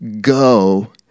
go